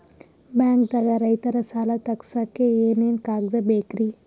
ಬ್ಯಾಂಕ್ದಾಗ ರೈತರ ಸಾಲ ತಗ್ಸಕ್ಕೆ ಏನೇನ್ ಕಾಗ್ದ ಬೇಕ್ರಿ?